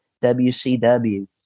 WCW